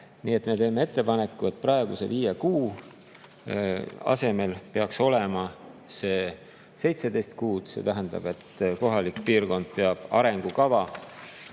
Nii et me teeme ettepaneku, et praeguse viie kuu asemel oleks see seitseteist kuud. See tähendab, et kohalik piirkond peab hariduse